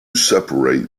separate